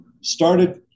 started